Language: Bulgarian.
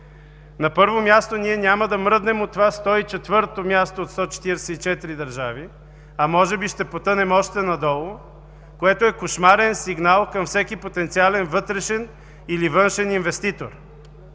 На първо място, ние няма да мръднем от това 104-о място от 144 държави, а може би ще потънем още надолу, което е кошмарен сигнал към всеки потенциален вътрешен или външен инвеститор.